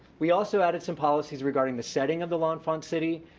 we also added some policies regarding the setting of the l'enfant city.